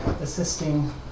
Assisting